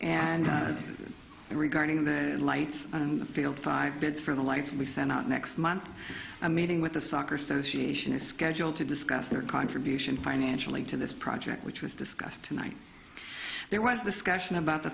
and regarding the lights and the field five bids for the life we send out next month a meeting with the soccer association is scheduled to discuss their contribution financially to this project which was discussed tonight there was discussion about the